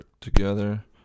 together